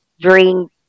drink